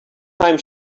time